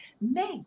Meg